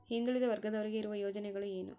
ಹಿಂದುಳಿದ ವರ್ಗದವರಿಗೆ ಇರುವ ಯೋಜನೆಗಳು ಏನು?